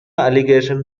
allegations